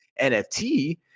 NFT